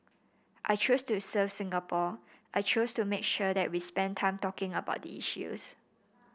I chose to serve Singapore I chose to make sure that we spend time talking about the issues